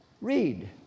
read